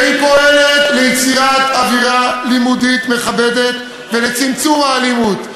והיא פועלת ליצירת אווירה לימודית מכבדת ולצמצום האלימות.